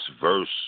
verse